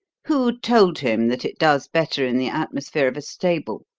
who told him that it does better in the atmosphere of a stable?